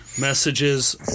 Messages